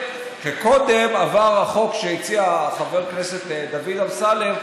כשקודם עבר החוק שהציע חבר הכנסת דוד אמסלם,